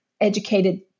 educated